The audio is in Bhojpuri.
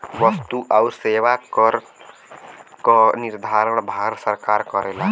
वस्तु आउर सेवा कर क निर्धारण भारत सरकार करेला